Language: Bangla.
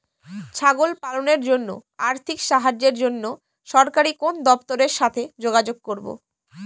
ছাগল পালনের জন্য আর্থিক সাহায্যের জন্য সরকারি কোন দপ্তরের সাথে যোগাযোগ করব?